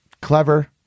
clever